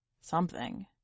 Something